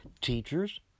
Teachers